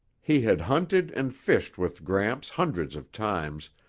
he had hunted and fished with gramps hundreds of times,